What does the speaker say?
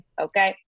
okay